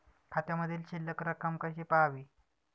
खात्यामधील शिल्लक रक्कम कशी पहावी?